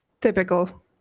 Typical